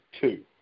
two